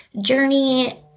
journey